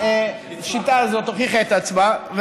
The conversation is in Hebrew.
השיטה הזאת הוכיחה את עצמה,